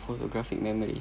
photographic memory